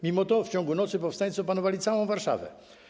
Mimo to w ciągu nocy powstańcy opanowali całą Warszawę.